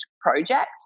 project